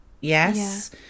yes